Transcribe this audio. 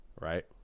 right